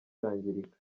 cyangirika